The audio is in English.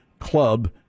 Club